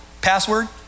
password